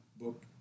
book